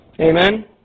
Amen